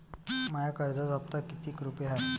माया कर्जाचा हप्ता कितीक रुपये हाय?